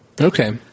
Okay